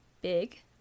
Big